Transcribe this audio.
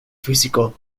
físico